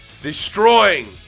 destroying